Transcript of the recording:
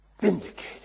vindicated